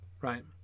right